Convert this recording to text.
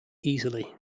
easily